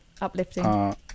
Uplifting